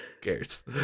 cares